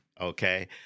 Okay